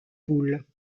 poules